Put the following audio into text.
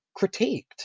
critiqued